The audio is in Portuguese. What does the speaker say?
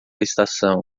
estação